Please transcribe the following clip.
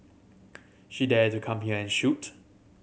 she dare to come here and shoot